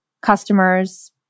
customers